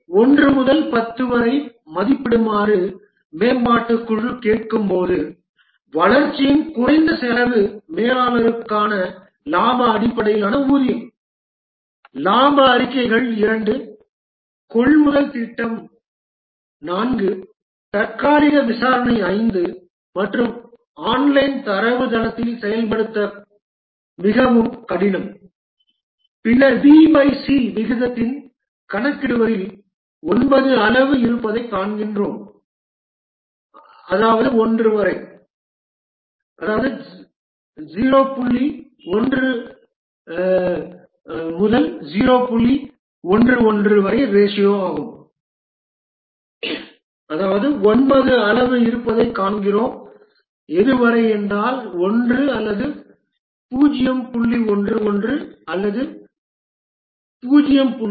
இதை 1 முதல் 10 வரை மதிப்பிடுமாறு மேம்பாட்டுக் குழு கேட்கும்போது வளர்ச்சிக்கான குறைந்த செலவு மேலாளருக்கான இலாப அடிப்படையிலான ஊதியம் லாப அறிக்கைகள் 2 கொள்முதல் திட்டம் 4 தற்காலிக விசாரணை 5 மற்றும் ஆன்லைன் தரவுத்தளத்தில் செயல்படுத்த மிகவும் கடினம் பின்னர் வி பை சி விகிதத்தை கணக்கிடுவதில் 9 அளவு இருப்பதைக் காண்கிறோம் to 1 0